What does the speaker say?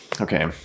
Okay